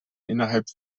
innerhalb